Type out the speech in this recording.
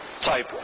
type